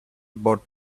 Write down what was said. boat